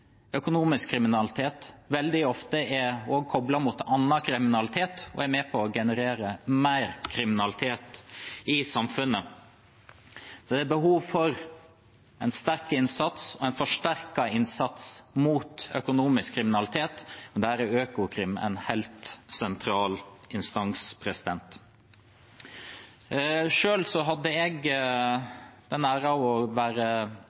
økonomisk kriminalitet veldig ofte også er koblet mot annen kriminalitet og er med på å generere mer kriminalitet i samfunnet. Det er behov for en sterk innsats, en forsterket innsats, mot økonomisk kriminalitet, og der er Økokrim en helt sentral instans. Selv hadde jeg den ære å være